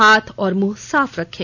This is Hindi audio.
हाथ और मुंह साफ रखें